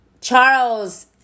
Charles